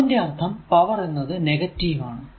അതിന്റെ അർഥം പവർ എന്നത് നെഗറ്റീവ് ആണ്